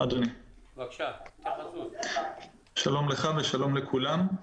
שלום לך ושלום לכולם.